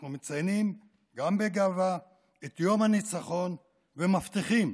אנחנו מציינים בגאווה את יום הניצחון ומבטיחים